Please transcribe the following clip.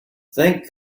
thank